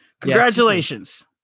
Congratulations